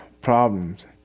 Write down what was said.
problems